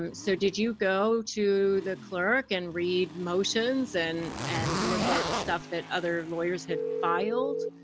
um so did you go to the clerk and read motions, and and look at stuff that other lawyers had filed?